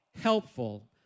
helpful